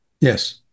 yes